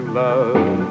love